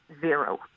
Zero